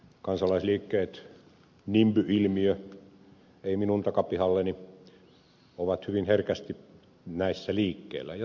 kansalaisliikkeet nimby ilmiö ei minun takapihalleni ovat hyvin herkästi näissä liikkeellä ja se on aivan ymmärrettävää